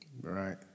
Right